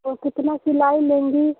तो कितना सिलाई लेंगी